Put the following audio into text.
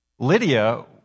Lydia